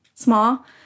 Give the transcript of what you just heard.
small